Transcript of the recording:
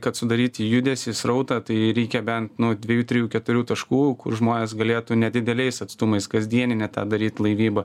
kad sudaryti judesį srautą tai reikia bent nu dviejų trijų keturių taškų kur žmonės galėtų nedideliais atstumais kasdieninę tą daryt laivybą